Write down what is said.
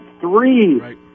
three